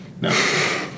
no